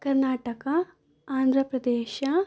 Karnataka Andhra Pradesh